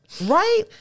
right